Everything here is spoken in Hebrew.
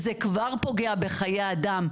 שוטר חדש,